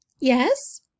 Yes